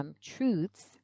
truths